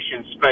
space